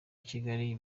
kigali